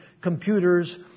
computers